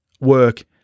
work